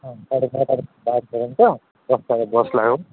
ହଁ ସାଢ଼େ ଛଅଟା ବାହାରି ପାରିବେନି ତ ଜଶଟାରେ ବସ୍ ଲାଗିବ